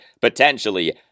potentially